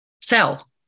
sell